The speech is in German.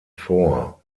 vor